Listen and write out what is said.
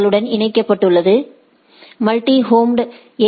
களுடன் இணைக்கப்பட்டுள்ளது multi home ஏ